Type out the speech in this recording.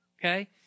Okay